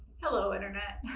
hello internet.